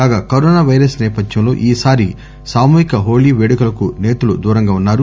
కాగా corona virus సేపథ్యంలో ఈ సారి సామూహిక హోతీ వేడుకలకు నేతలు దూరంగా ఉన్నారు